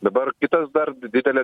dabar kitas dar didelė